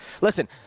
Listen